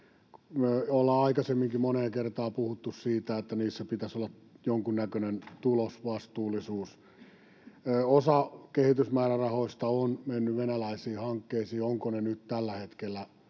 ollaan aikaisemminkin moneen kertaan puhuttu siitä, että niissä pitäisi olla jonkunnäköinen tulosvastuullisuus. Osa kehitysmäärärahoista on mennyt venäläisiin hankkeisiin. Onko ne nyt tällä hetkellä